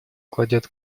кладет